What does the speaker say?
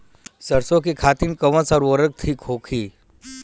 सरसो के खेती खातीन कवन सा उर्वरक थिक होखी?